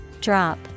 drop